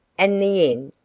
and the inn?